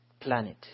planet